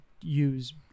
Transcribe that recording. use